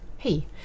Hey